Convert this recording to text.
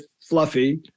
Fluffy